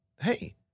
hey